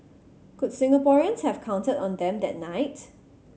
could Singaporeans have counted on them that night